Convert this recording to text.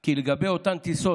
כי לגבי אותן טיסות,